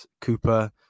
Cooper